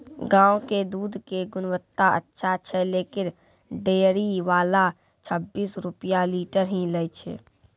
गांव के दूध के गुणवत्ता अच्छा छै लेकिन डेयरी वाला छब्बीस रुपिया लीटर ही लेय छै?